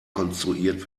konstruiert